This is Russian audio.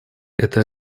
это